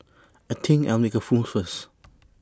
I think I'll make A first